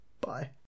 Bye